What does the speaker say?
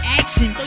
action